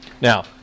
Now